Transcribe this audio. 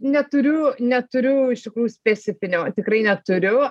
neturiu neturiu iš tikrųjų specifinio tikrai neturiu